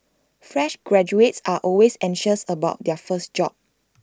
fresh graduates are always anxious about their first job